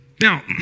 Now